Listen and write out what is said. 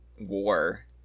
war